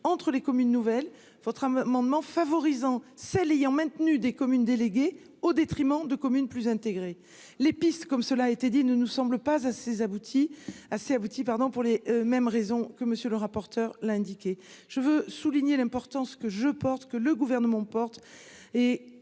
entre les communes nouvelles votre amendement favorisant celles ayant maintenu des communes déléguées au détriment de communes plus intégrée, les pistes, comme cela a été dit, ne nous semble pas assez abouti assez abouti, pardon pour les mêmes raisons que monsieur le rapporteur, l'indiquer, je veux souligner l'importance que je porte, que le gouvernement porte.